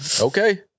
okay